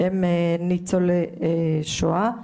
הם ניצולי שואה.